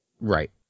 Right